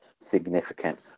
significant